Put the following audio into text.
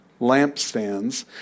lampstands